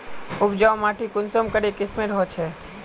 उपजाऊ माटी कुंसम करे किस्मेर होचए?